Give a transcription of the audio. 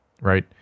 right